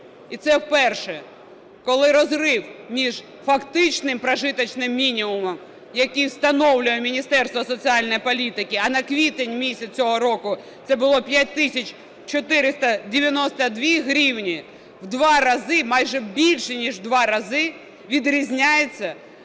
І це вперше, коли розрив між фактичним прожиточным мінімумом, який встановляє Міністерство соціальної політики, а на квітень місяць цього року це було 5 тисяч 492 гривні, в два рази майже, більше ніж в два рази відрізняється